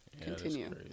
continue